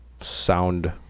sound